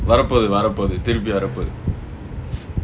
வரப்போது வரப்போது திருப்பி வரப்போது:varappothu varappothu thiruppi varappothu